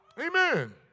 Amen